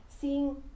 seeing